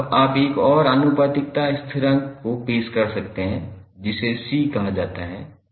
अब आप एक और आनुपातिकता स्थिरांक को पेश कर सकते हैं जिसे C कहा जाता है